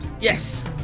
Yes